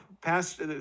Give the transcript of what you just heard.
past